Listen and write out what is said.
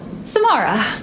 Samara